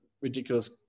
ridiculous